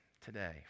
today